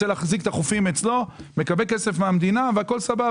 הכסף שעליו אתם מדברים עכשיו לא מיועד לאלה שמקבלות מענקי איזון?